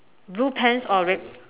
blue pants or red